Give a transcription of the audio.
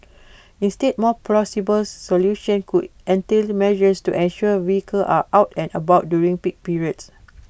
instead more plausible solutions could entail measures to ensure vehicles are out and about during peak periods